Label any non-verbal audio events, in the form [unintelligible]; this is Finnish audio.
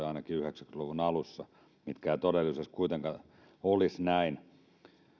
[unintelligible] ainakin yhdeksänkymmentä luvun alussa eivät ne todellisuudessa kuitenkaan olisi näin